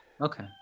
okay